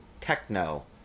techno